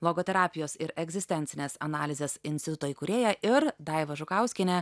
logoterapijos ir egzistencinės analizės instituto įkūrėja ir daiva žukauskienė